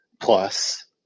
plus